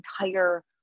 entire